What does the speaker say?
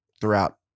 throughout